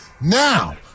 Now